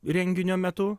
renginio metu